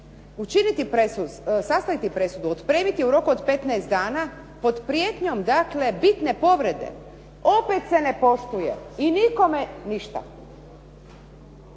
učiniti presudu, sastaviti presudu, otpremiti ju u roku od 15 dana pod prijetnjom dakle, bitne povrede, opet se ne poštuje i nikome ništa.